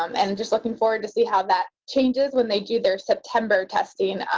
um and just looking forward to see how that changes when they do their september testing.